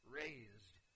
raised